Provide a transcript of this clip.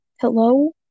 Hello